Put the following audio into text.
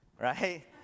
right